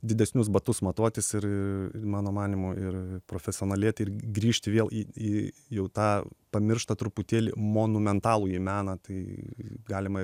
didesnius batus matuotis ir mano manymu ir profesionalėti ir grįžti vėl į į jau tą pamirštą truputėlį monumentalųjį meną tai galima